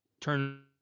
turn